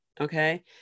Okay